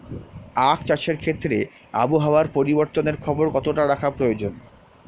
আখ চাষের ক্ষেত্রে আবহাওয়ার পরিবর্তনের খবর কতটা রাখা প্রয়োজন?